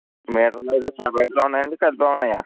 metre అనేది సపరేట్గా ఉన్నాయాండీ కలిపే ఉన్నాయా